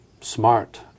smart